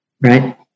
Right